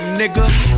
nigga